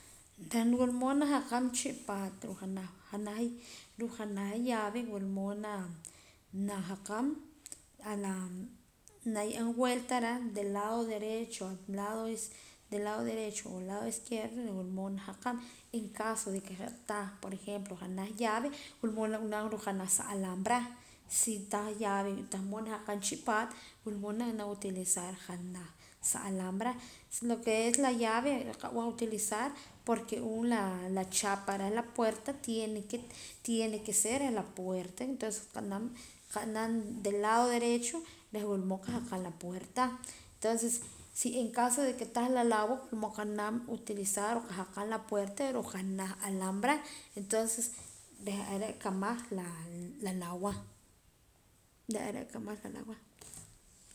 Reh wula mood na jakaam chii' paat ruu' janaj llave wula mood na na jakaam na ye'eem vuelta reh lado derecho de lado derecho o de lado izquierdo wula mood na jakaam en caso de que je' tah janaj llave wula mood nab'anam ruu' junaj lawaa si tah llave wula mood na jakaam chii' paat wula mood na b'anam utilizar sa alambra lo que es la llave qab'an utilizar por um la chapa reh la puerta tiene que ser reh la puq puerta entonces qanaam de lado derecho reh wula mood qa jakaam la puerta entonces si en caso de que tah la lawaa wula mood qa naam utilizar janaj alambra entonces reh are' nrukamaj la lawaa.